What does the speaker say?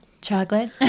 Chocolate